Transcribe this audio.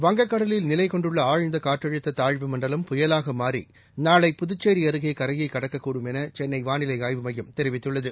வங்கக்கடலில் நிலைகொண்டுள்ளஆழ்ந்தகாற்றழுத்ததாழ்வு மண்டலம் புயலாகமாறிநாளை புதுச்சேரிஅருகேகரையைகடக்கக்கூடும் எனசென்னைவானிலைமையம் தெரிவித்துள்ளது